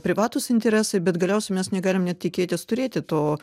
privatūs interesai bet galiausiai mes negalim net tikėtis turėti to